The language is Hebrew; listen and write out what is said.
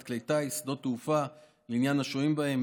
כלי טיס ושדות תעופה ולעניין השוהים בהם,